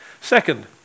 Second